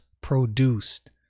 produced